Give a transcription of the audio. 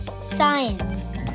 science